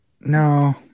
no –